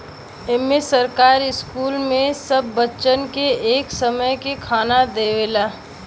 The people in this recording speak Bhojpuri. इम्मे सरकार स्कूल मे सब बच्चन के एक समय के खाना देवला